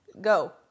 Go